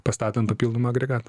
pastatant papildomų agregatų